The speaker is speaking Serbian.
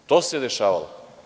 To se dešavalo.